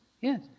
yes